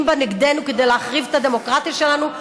בה נגדנו כדי להחריב את הדמוקרטיה שלנו,